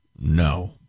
No